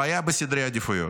הבעיה היא בסדרי העדיפויות.